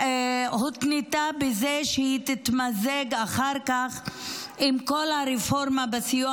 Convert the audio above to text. והותנתה בזה שהיא תתמזג אחר כך עם כל הרפורמה בסיוע